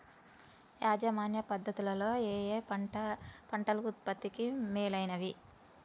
యాజమాన్య పద్ధతు లలో ఏయే పంటలు ఉత్పత్తికి మేలైనవి?